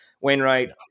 Wainwright